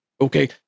okay